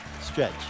stretch